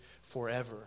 forever